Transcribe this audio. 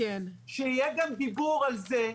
שיהיה גם דיבור על זה,